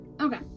Okay